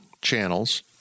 channels